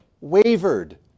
wavered